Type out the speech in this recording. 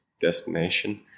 destination